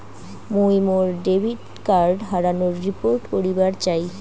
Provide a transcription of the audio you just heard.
মুই মোর debit card হারানোর রিপোর্ট করিবার চাই